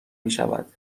میشود